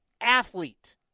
athlete